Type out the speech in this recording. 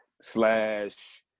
slash